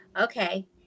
Okay